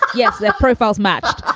yes. their profiles matched.